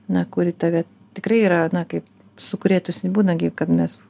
na kuri tave tikrai yra na kaip sukrėtusi būna gi kad mes